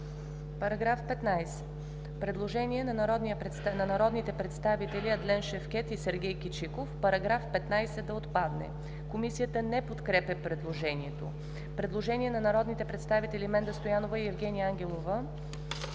По § 15 има предложение на народните представители Адлен Шевкед и Сергей Кичиков –§ 15 да отпадне. Комисията не подкрепя предложението. Предложение на народните представители Менда Стоянова и Евгения Ангелова.